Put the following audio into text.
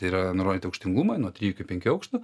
tai yra nurodyti aukštingumui nuo trijų iki penkių aukštų